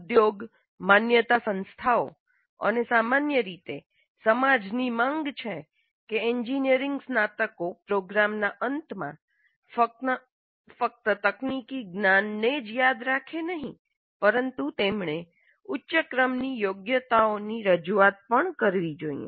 ઉદ્યોગ માન્યતા સંસ્થાઓ અને સામાન્ય રીતે સમાજની માંગ છે કે એન્જિનિયરિંગ સ્નાતકો પ્રોગ્રામના અંતમાં ફક્ત તકનીકી જ્ઞાનને જ યાદ રાખે નહી પરંતુ તેમણે ઉચ્ચ ક્રમની યોગ્યતાઓની રજૂઆત પણ કરવી જોઈએ